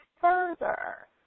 further